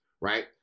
right